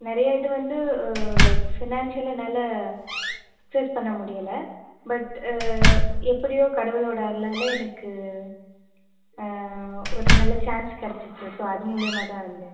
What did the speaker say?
நிறையா இது வந்து லைக் ஃபினான்ஷியலாக என்னால் அக்சஸ் பண்ண முடியலை பட் எப்படியோ கடவுளோட அருளால் எனக்கு ஒரு நல்ல சான்ஸ் கிடச்சுச்சு ஸோ அது மூலயமா தான் வந்தேன்